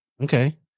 Okay